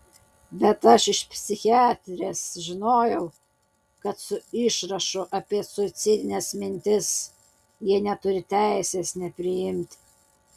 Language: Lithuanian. bet aš iš psichiatrės žinojau kad su išrašu apie suicidines mintis jie neturi teisės nepriimti